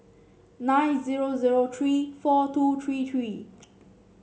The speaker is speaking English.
nine zero zero three four two three three